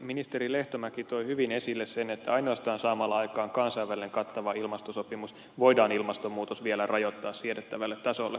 ministeri lehtomäki toi hyvin esille sen että ainoastaan saamalla aikaan kansainvälinen kattava ilmastosopimus voidaan ilmastonmuutos vielä rajoittaa siedettävälle tasolle